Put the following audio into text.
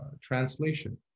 translation